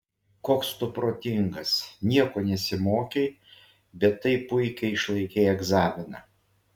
koks tu protingas nieko nesimokei bet taip puikiai išlaikei egzaminą